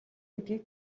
гэдгийг